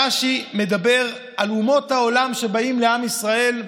רש"י מדבר על אומות העולם שבאים לעם ישראל,